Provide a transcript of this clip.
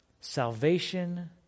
salvation